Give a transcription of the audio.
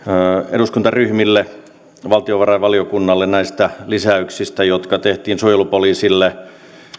eduskuntaryhmille ja valtiovarainvaliokunnalle näistä lisäyksistä jotka tehtiin suojelupoliisille